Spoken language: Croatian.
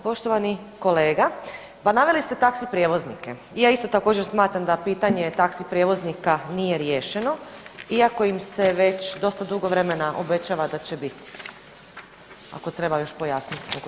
Poštovani kolega, pa naveli ste taxi prijevoznike i ja isto također smatram da pitanje taxi prijevoznika nije riješeno iako im se već dosta dugo vremena obećava da će biti, ako treba još pojasniti oko toga.